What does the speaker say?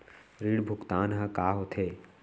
ऋण भुगतान ह का होथे?